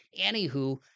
anywho